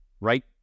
right